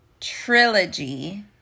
trilogy